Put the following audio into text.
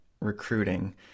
recruiting